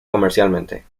comercialmente